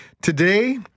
Today